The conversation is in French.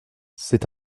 c’est